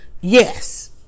Yes